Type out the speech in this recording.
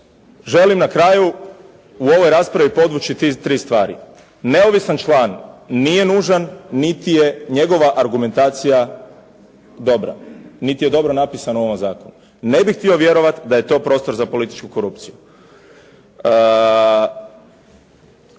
želim na kraju u ovoj raspravi podvući tri stvari. Neovisan član nije nužan niti je njegova argumentacija dobra, niti je dobro napisano u ovom zakonu. Ne bih htio vjerovati da je to prostor za političku korupciju.